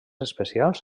especials